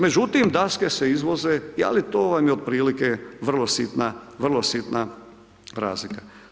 Međutim, daske se izvoze, ali to vam je otprilike vrlo sitna razlika.